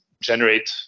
generate